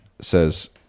says